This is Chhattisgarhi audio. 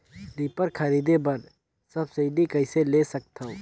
रीपर खरीदे बर सब्सिडी कइसे ले सकथव?